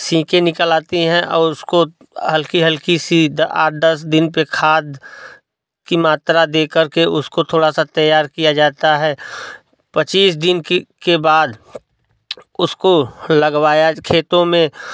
सीकें निकल आती हैं और उसको हल्की हल्की सी आठ दस दिन पर खाद की मात्रा देकर के उसको थोड़ा सा तैयार किया जाता है पच्चीस दिन की के बाद उसको लगवाया खेतों में